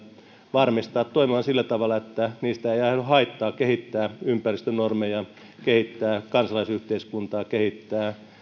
varmistaa toimimaan sillä tavalla että niistä ei aiheudu haittaa kehittää ympäristönormeja kehittää kansalaisyhteiskuntaa kehittää